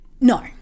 No